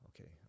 Okay